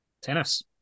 Tennis